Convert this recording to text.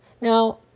Now